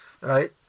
right